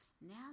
Now